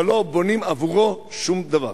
אבל לא בונים עבורו שום דבר.